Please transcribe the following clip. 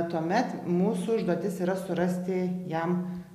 tuomet mūsų užduotis yra surasti jam